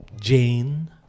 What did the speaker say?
jane